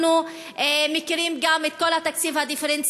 אנחנו מכירים גם את כל התקציב הדיפרנציאלי,